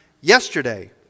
yesterday